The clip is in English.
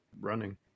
running